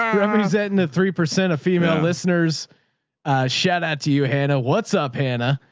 um representing the three percent of female listeners. a shout out to you, hannah. what's up hannah.